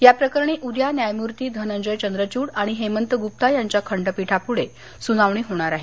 याप्रकरणी उद्या न्यायमूर्ती धनंजय चंद्रवूड आणि हेमंत गप्ता यांच्या खंडपीठापुढे सुनावणी होणार आहे